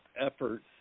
efforts